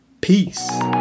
peace